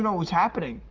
was happening.